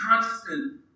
constant